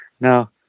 Now